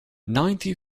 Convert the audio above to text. ninety